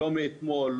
לא מאתמול,